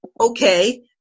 okay